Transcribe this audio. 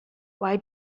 why